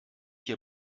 hier